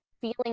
Feeling